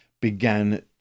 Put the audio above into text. began